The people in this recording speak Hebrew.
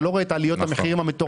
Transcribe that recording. אתה לא רואה את עליות המחירים המטורפות,